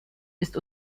ist